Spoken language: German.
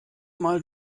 mal